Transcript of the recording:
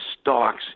stocks